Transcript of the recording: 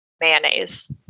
mayonnaise